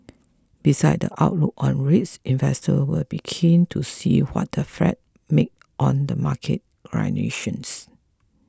besides the outlook on rates investors will be keen to see what the Fed made on the market gyrations